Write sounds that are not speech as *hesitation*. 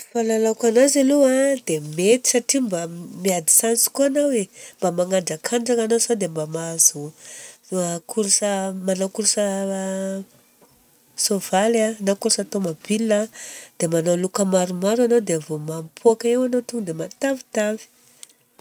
Fahalalako anazy aloha dia mety satria mba *hesitation* miady chance koa anao e. Mba magnandrakandragna anao sao dia mba mahazo course, manao course *hesitation* soavaly a, na course tomobile a. Dia manao loka maromaro anao dia vô mampipôka eo anao tonga dia matavitavy.